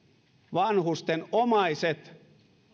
vanhusten omaiset